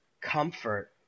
comfort